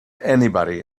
anybody